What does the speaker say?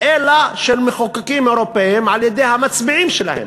אלא על מחוקקים אירופים על-ידי המצביעים שלהם,